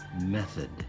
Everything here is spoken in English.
method